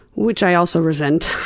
which i also resent.